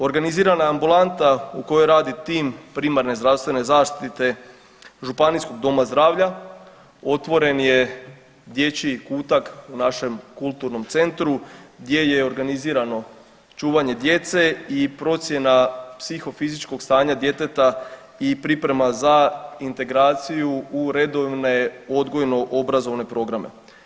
Organizirana je ambulanta u kojoj radi tim primarne zdravstvene zaštite Županijskog doma zdravlja, otvoren je dječji kutak u našem kulturnom centru gdje je organizirano čuvanje djece i procjena psihofizičkog stanja djeteta i priprema za integraciju u redovne odgojno obrazovane programe.